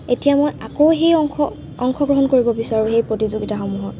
এতিয়া মই আকৌ সেই অংশ অংশগ্ৰহণ কৰিব বিচাৰোঁ সেই প্ৰতিযোগিতাসমূহত